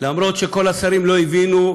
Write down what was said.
אפילו שכל השרים לא הבינו,